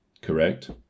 correct